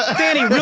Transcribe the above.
ah fanny, real